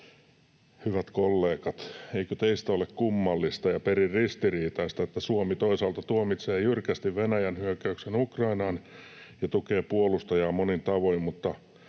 Hyvät kollegat, eikö teistä ole kummallista ja perin ristiriitaista, että Suomi toisaalta tuomitsee jyrkästi Venäjän hyökkäyksen Ukrainaan ja tukee puolustajaa monin tavoin, mutta